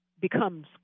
becomes